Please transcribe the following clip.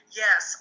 yes